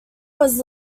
was